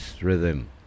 rhythm